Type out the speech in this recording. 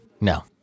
No